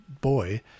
boy